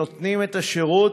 נותנים את השירות,